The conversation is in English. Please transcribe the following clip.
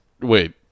wait